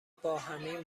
باهمیم